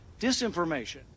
disinformation